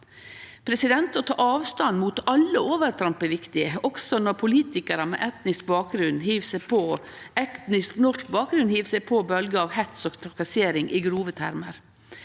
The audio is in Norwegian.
saka. Å ta avstand mot alle overtramp er viktig, også når politikarar med etnisk norsk bakgrunn hiv seg på bølgja av hets og trakassering i grove termar.